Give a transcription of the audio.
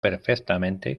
perfectamente